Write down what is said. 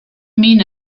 mean